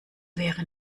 wäre